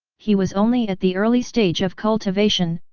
he was only at the early stage of cultivation,